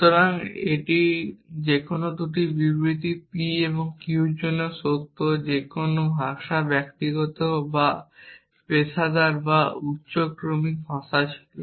সুতরাং এটি যে কোনো 2টি বিবৃতি p এবং q এর জন্য সত্য যে কোনো ভাষা ব্যক্তিগত বা পেশাদার বা উচ্চ ক্রমিক ভাষা ছিল